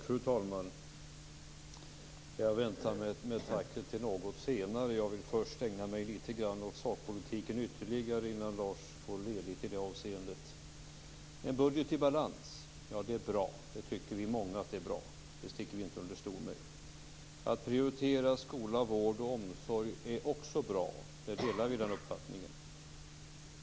Fru talman! Jag väntar med tacket till något senare. Jag vill först ägna mig åt sakpolitiken litet ytterligare innan Lars får ledigt i det avseendet. En budget i balans - ja, det är bra. Vi är många som tycker är det är bra, och det sticker vi inte under stol med. Att prioritera skola, vård och omsorg är också bra. Vi delar den uppfattningen.